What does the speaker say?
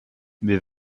wir